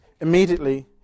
Immediately